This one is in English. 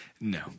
No